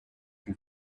his